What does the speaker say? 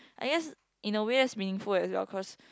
I guess in a way that's meaningful as well cause